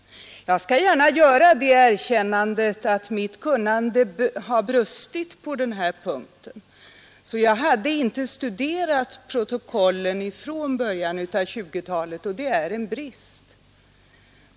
Jag skall gärna ställda i erkänna att mitt kunnande brustit på den punkten — jag hade inte aktiebolag och studerat protokollen från början av 1920-talet, och det är en brist.